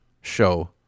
show